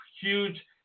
huge